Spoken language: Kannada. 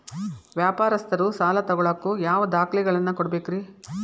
ವ್ಯಾಪಾರಸ್ಥರು ಸಾಲ ತಗೋಳಾಕ್ ಯಾವ ದಾಖಲೆಗಳನ್ನ ಕೊಡಬೇಕ್ರಿ?